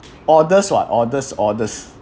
oddest what oddest oddest